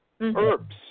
herbs